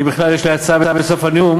אני, בכלל, יש לי הצעה, בסוף הנאום,